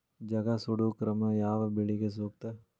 ಜಗಾ ಸುಡು ಕ್ರಮ ಯಾವ ಬೆಳಿಗೆ ಸೂಕ್ತ?